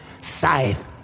Scythe